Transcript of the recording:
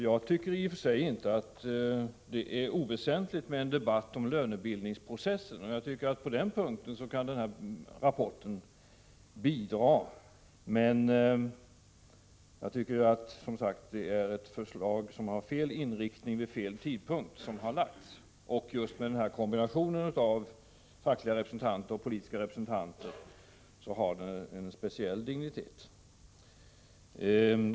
Jag tycker i och för sig inte att det är oväsentligt med en debatt om lönebildningsprocessen. På den punkten kan den här rapporten vara ett bidrag. Men jag tycker som sagt att det förslag som har lagts fram har fel inriktning vid fel tidpunkt. Just kombinationen av fackliga och politiska representanter ger rapporten en speciell dignitet.